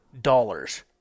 dollars